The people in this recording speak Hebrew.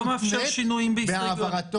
אני לא מאפשר שינויים בהסתייגויות.